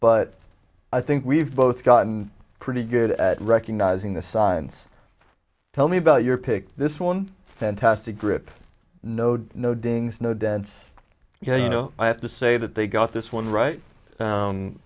but i think we've both gotten pretty good at recognizing the science tell me about your pick this one fantastic grip node no dings no dance you know i have to say that they got this one right